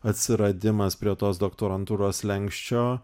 atsiradimas prie tos doktorantūros slenksčio